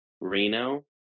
Reno